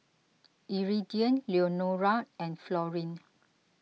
Iridian Leonora and Florine